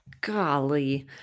Golly